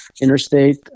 interstate